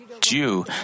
Jew